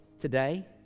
today